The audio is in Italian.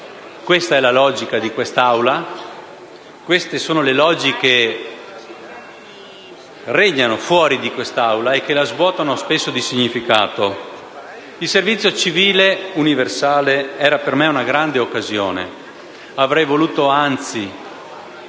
questa è la logica di quest'Assemblea, queste sono le logiche che regnano fuori da quest'Assemblea e che la svuotano spesso di significato. Il servizio civile universale era per me una grande occasione. Avrei voluto, anzi,